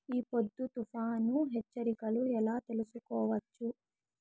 ఈ పొద్దు తుఫాను హెచ్చరికలు ఎలా తెలుసుకోవచ్చు?